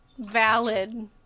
valid